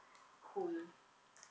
cool